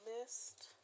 list